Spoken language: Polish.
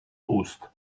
ust